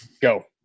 Go